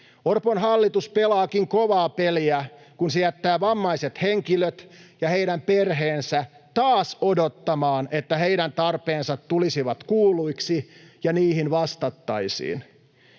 Orpon hallitus pelaakin kovaa peliä, kun se jättää vammaiset henkilöt ja heidän perheensä taas odottamaan, että heidän tarpeensa tulisivat kuulluiksi ja niihin vastattaisiin.